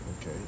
Okay